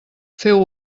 feu